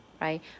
right